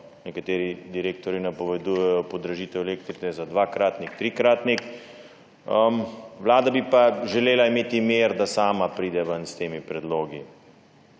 nekateri direktorji napovedujejo podražitev elektrike za dvakratnik, trikratnik. Vlada bi pa želela imeti mir, da sama pride ven s temi predlogi.